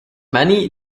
many